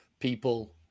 people